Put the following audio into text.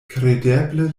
kredeble